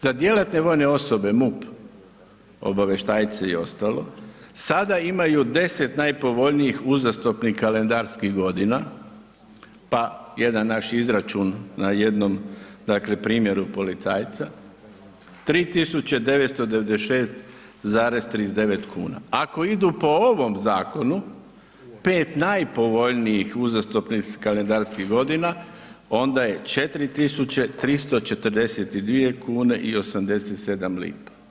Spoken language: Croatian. Za djelatne vojne osobe MUP, obavještajce i ostalo, sada imaju 10 najpovoljnijih uzastopnih kalendarskih godina, pa jedan naš izračun na jednom, dakle primjeru policajca, 3.996,39 kn, ako idu po ovom zakonu, 5 najpovoljnijih uzastopnih kalendarskih godina onda je 4.342,87 kn.